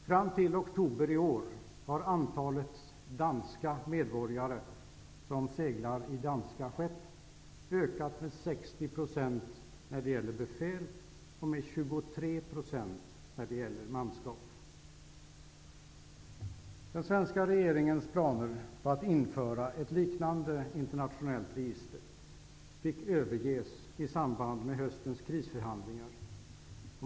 Fram till oktober i år har antalet danska medborgare som seglar i danska skepp ökat med 60 % när det gäller befäl och med 23 % när det gäller manskap. Den svenska regeringens planer på att införa ett liknande internationellt register fick överges i samband med höstens krisförhandlingar.